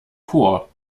chor